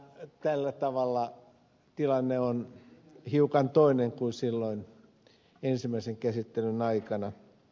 tällä tavalla tilanne on hiukan toinen kuin silloin ensimmäisen käsittelyn aikana